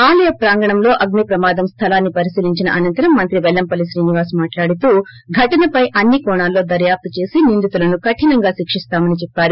ఆలయ ప్రాంగణంలో అగ్పి ప్రమాదం స్లలాన్పి పరిశీలించిన అనంతరం మంత్రి పెల్లంపల్లి శ్రీనివాస్ మాట్లాడుతూ ఘటనపై అన్ని కోణాల్లో దర్వాపు చేసి నిందితులను కఠినంగా శిక్షిస్తామని చెప్పారు